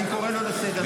אני קורא אותו לסדר.